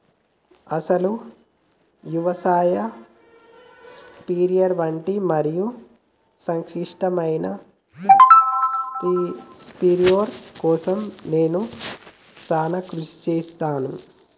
అసలు యవసాయ స్ప్రయెర్ వంటి మరింత సంక్లిష్టమైన స్ప్రయెర్ కోసం నేను సానా కృషి సేస్తున్నాను